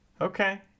Okay